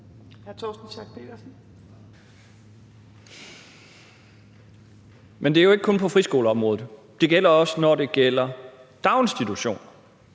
Men det er jo ikke kun på friskoleområdet. Det gælder også daginstitutionsområdet.